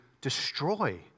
destroy